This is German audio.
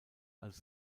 als